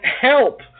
help